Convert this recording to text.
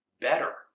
better